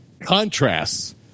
contrasts